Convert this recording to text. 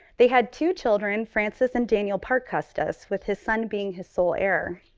they had two children, frances and daniel parke custis with his son being his sole heir.